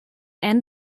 end